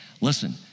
Listen